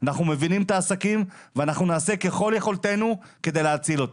יושבים גם בעלי העסקים ועלינו לעשות ככל יכולתנו כדי להציל אותם.